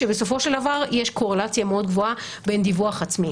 שבסופו של דבר יש קורלציה מאוד גבוהה בין דיווח עצמי.